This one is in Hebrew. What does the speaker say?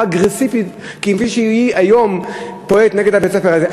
אגרסיבית כפי שהיא היום פועלת נגד בית-הספר הזה.